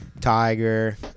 Tiger